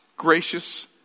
gracious